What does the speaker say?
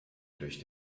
durch